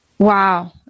Wow